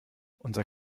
unser